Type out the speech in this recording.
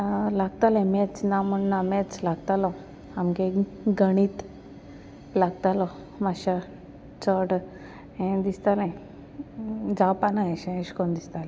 लागतालें maths ना म्हण ना मॅत्स लागतालो आमगे गणित लागतालो मात्शें चड हें दिसतालें जावपाना ऐशें ऐश कोन्न दिसतालें